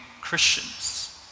Christians